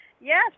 yes